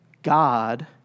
God